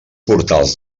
portals